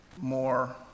more